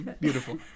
beautiful